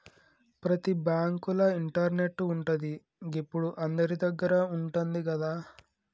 ప్రతి బాంకుల ఇంటర్నెటు ఉంటది, గిప్పుడు అందరిదగ్గర ఉంటంది గదా